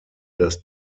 das